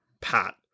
Pat